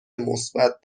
مثبت